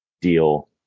deal